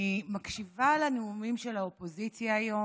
אני מקשיבה לנאומים של האופוזיציה היום,